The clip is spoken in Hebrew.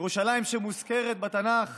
ירושלים שמוזכרת בתנ"ך